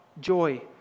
joy